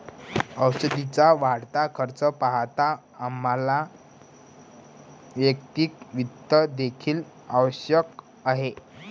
औषधाचा वाढता खर्च पाहता आम्हाला वैयक्तिक वित्त देखील आवश्यक आहे